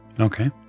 Okay